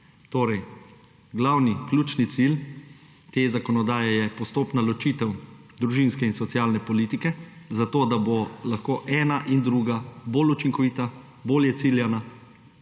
Torej, glavni, ključni cilj te zakonodaje je postopna ločitev družinske in socialne politike, in sicer zato, da bo lahko ena in druga bolj učinkovita, bolje ciljana